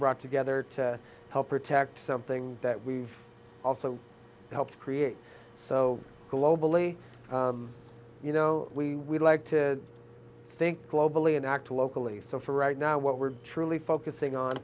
brought together to help protect something that we've also helped create so globally you know we like to think globally act locally so for right now what we're truly focusing on